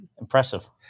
impressive